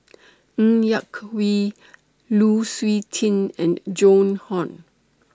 Ng Yak Whee Lu Suitin and Joan Hon